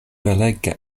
belega